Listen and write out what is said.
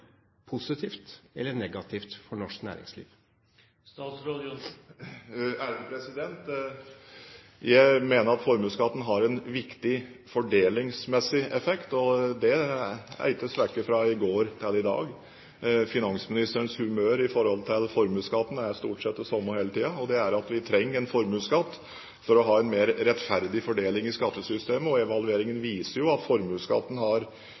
eller negativ for norsk næringsliv? Jeg mener at formuesskatten har en viktig fordelingsmessig effekt. Det er ikke svekket fra i går til i dag. Finansministerens humør i forhold til formuesskatten er stort sett det samme hele tiden. Det er at vi trenger formuesskatt for å ha en mer rettferdig fordeling i skattesystemet. Evalueringen viser jo at formuesskatten har